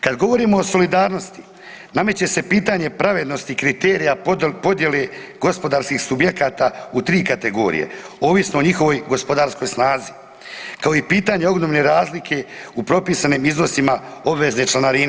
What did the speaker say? Kada govorimo u solidarnosti nameće se pitanje pravednosti kriterija podjele gospodarskih subjekata u tri kategorije ovisno o njihovoj gospodarskoj snazi kao i pitanje ogromne razlike u propisanim iznosima obvezne članarine.